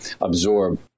absorb